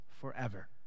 forever